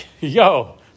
yo